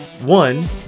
One